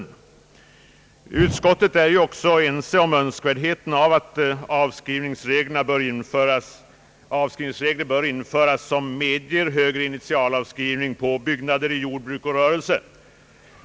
Inom utskottet har man varit ense om önskvärdheten av att avskrivningsregler bör införas som medger högre initialavskrivning när det gäller byggnader i jordbruk och rörelse.